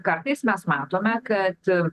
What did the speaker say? kartais mes matome kad